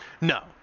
no